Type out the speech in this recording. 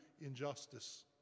injustice